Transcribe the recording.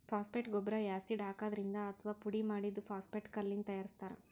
phosphate ಗೊಬ್ಬರ್ acid ಹಾಕಿದ್ರಿಂದ್ ಅಥವಾ ಪುಡಿಮಾಡಿದ್ದ್ ಫಾಸ್ಫೇಟ್ ಕಲ್ಲಿಂದ್ ತಯಾರಿಸ್ತಾರ್